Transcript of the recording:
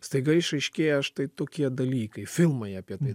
staiga išaiškėja štai tokie dalykai filmai apie tai